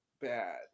bad